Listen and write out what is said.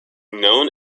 known